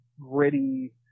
gritty